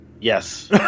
Yes